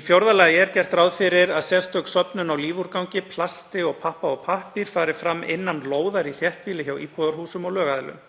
Í fjórða lagi er gert ráð fyrir að sérstök söfnun á lífúrgangi, plasti og pappa og pappír fari fram innan lóðar í þéttbýli hjá íbúðarhúsum og lögaðilum.